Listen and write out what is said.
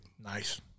Nice